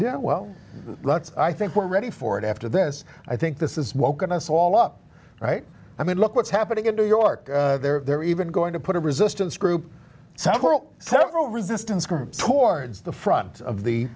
yeah well let's i think we're ready for it after this i think this is woken us all up right i mean look what's happening in new york they're even going to put a resistance group several several resistance groups towards the front of the